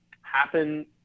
happen